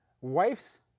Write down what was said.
wife's